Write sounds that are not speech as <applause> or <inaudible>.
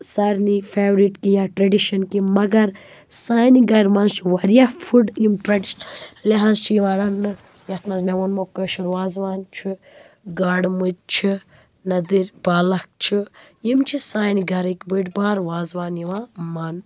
سارنٕے فیورِٹ کہِ یا ٹرٛٮ۪ڈِشن کہِ مگر سانہِ گَرٕ منٛز چھِ واریاہ فُڈ یِم <unintelligible> لحاظ چھِ یِوان رنٛنہٕ یَتھ منٛز مےٚ ووٚنمو کٲشُر وازوان چھُ گاڈٕ مُجہِ چھِ نَدٕرۍ پالکھ چھِ یِم چھِ سانہِ گَرٕکۍ بٔڑۍ بار وازوان یِوان مان